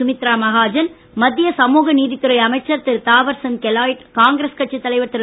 சுமித்ரா மகாஜன்இ மத்திய சமுகநீதித்துறை அமைச்சர் திரு தாவர்சந்த் கேலாய்ட்இ காங்கிரஸ் கட்சித் தலைவர் திரு